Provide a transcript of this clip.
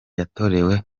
yatorewe